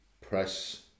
press